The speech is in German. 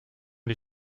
die